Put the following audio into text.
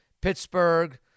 Pittsburgh